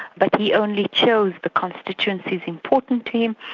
but he only chose the constituencies important team,